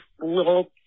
little